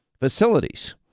Facilities